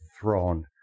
throne